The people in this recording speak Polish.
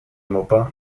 mopa